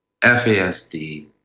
FASD